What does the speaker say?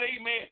amen